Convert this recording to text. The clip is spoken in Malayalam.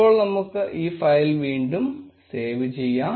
ഇപ്പോൾ നമുക്ക് ഈ ഫയൽ വീണ്ടും സേവ് ചെയ്യാം